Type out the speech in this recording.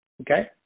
Okay